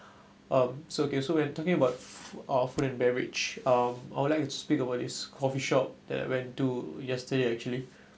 um so okay so we're talking about uh food and beverage um I would like to speak about this coffee shop that I went to yesterday actually